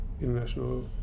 international